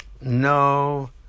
No